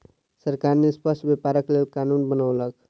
सरकार निष्पक्ष व्यापारक लेल कानून बनौलक